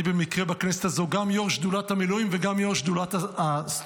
אני במקרה בכנסת הזו גם יו"ר שדולת המילואים וגם יו"ר שדולת הסטודנטים.